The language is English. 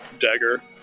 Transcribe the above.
dagger